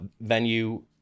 venue